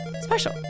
special